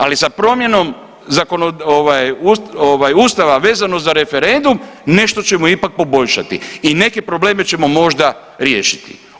Ali sa promjenom ovaj Ustava vezano za referendum, nešto ćemo ipak poboljšati i neke probleme ćemo možda riješiti.